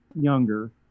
younger